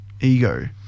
Ego